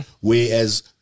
whereas